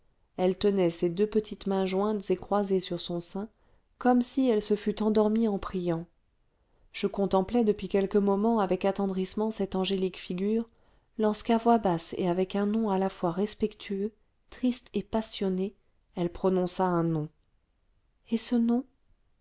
elle tenait ses deux petites mains jointes et croisées sur son sein comme si elle se fût endormie en priant je contemplais depuis quelques moments avec attendrissement cette angélique figure lorsqu'à voix basse et avec un accent à la fois respectueux triste et passionné elle prononça un nom et ce nom